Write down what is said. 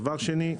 דבר שני,